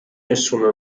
nessuna